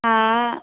हा